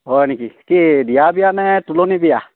হয় নেকি কি দিয়া বিয়া নে তুলনি বিয়া